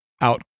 out